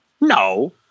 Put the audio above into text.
No